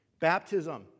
Baptism